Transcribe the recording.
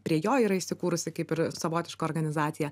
prie jo yra įsikūrusi kaip ir savotiška organizacija